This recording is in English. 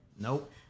nope